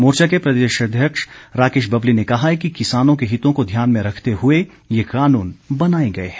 मोर्चा के प्रदेशाध्यक्ष राकेश बबली ने कहा है कि किसानों के हितों को ध्यान में रखते हुए ये कानून बनाए गए हैं